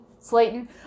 slayton